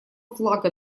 флага